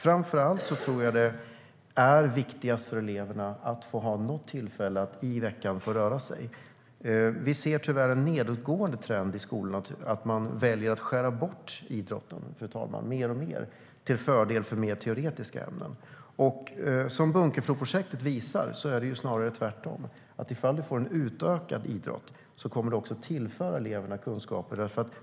Framför allt är det viktigast för eleverna att ha något tillfälle i veckan att få röra sig. Vi ser tyvärr en nedåtgående trend i skolorna att skära bort idrotten till fördel för mer teoretiska ämnen. Bunkefloprojektet visar att det snarare ska vara tvärtom. Eleverna kommer med utökad idrott att tillföras kunskaper.